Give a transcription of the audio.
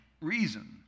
reason